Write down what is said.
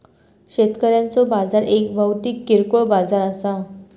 शेतकऱ्यांचो बाजार एक भौतिक किरकोळ बाजार असा